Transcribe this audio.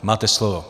Máte slovo.